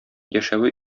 яшәве